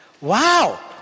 Wow